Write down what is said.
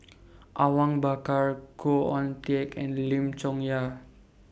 Awang Bakar Khoo Oon Teik and Lim Chong Yah